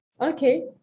Okay